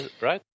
right